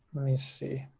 i mean see.